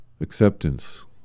Acceptance